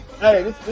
Hey